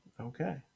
Okay